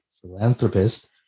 philanthropist